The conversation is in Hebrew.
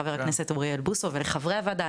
חבר הכנסת אוריאל בוסו ולחברי הוועדה,